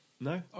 No